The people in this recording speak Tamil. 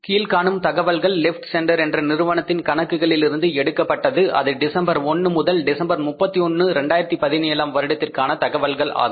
கீழ்காணும் தகவல்கள் லெஃப்ட் சென்டர் என்ற நிறுவனத்தின் கணக்குகளில் இருந்து எடுக்கப்பட்டது அது டிசம்பர் 1 முதல் டிசம்பர் 31 2017 ஆம் வருடத்திற்கான தகவல்கள் ஆகும்